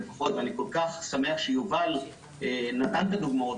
ואני כל כך שמח שיובל נתן את הדוגמאות